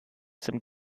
zum